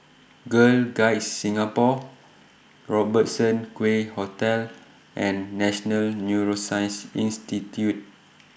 Girl Guides Singapore Robertson Quay Hotel and National Neuroscience Institute